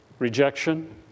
Rejection